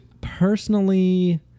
personally